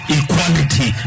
equality